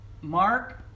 Mark